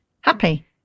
happy